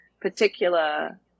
particular